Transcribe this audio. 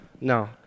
no